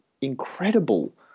incredible